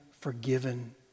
forgiven